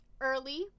Early